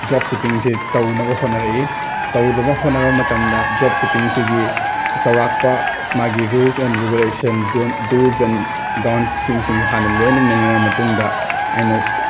ꯗ꯭ꯔꯣꯞꯁꯤꯞꯄꯤꯡꯁꯦ ꯇꯧꯅꯕ ꯍꯣꯠꯅꯔꯛꯏ ꯇꯧꯅꯕ ꯍꯣꯠꯅꯔꯛ ꯃꯇꯝꯗ ꯗ꯭ꯔꯣꯞꯁꯤꯞꯄꯤꯡꯁꯤꯒꯤ ꯆꯧꯔꯥꯛꯄ ꯃꯥꯒꯤ rules and regulations dos and ꯗꯣꯟꯁꯤꯡꯁꯤ ꯍꯥꯟꯅ ꯂꯣꯏꯅ ꯅꯩꯅꯔ ꯃꯇꯨꯡꯗ ꯑꯩꯅ